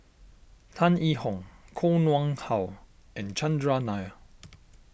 Tan Yee Hong Koh Nguang How and Chandran Nair